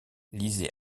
lisez